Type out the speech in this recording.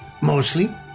Mostly